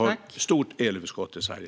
Vi har ett stort elöverskott i Sverige.